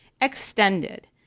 extended